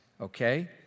okay